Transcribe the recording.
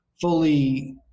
fully